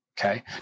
Okay